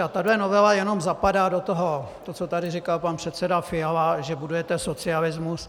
A tahle novela jenom zapadá do toho, co tady říkal pan předseda Fiala, že budujete socialismus.